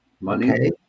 Money